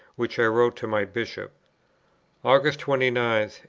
which i wrote to my bishop august twenty nine,